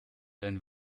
ein